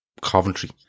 Coventry